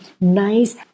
nice